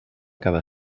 cada